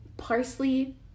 Parsley